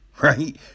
right